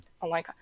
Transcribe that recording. online